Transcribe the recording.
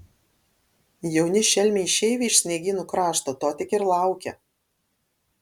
jauni šelmiai išeiviai iš sniegynų krašto to tik ir laukia